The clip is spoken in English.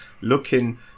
looking